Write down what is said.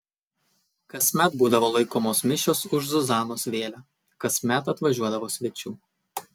kasmet būdavo laikomos mišios už zuzanos vėlę kasmet atvažiuodavo svečių